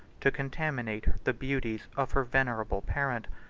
to contaminate the beauties of her venerable parent.